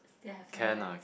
still have some balance